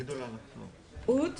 בוקר טוב, שלום לכולם, באמת פירטו פה את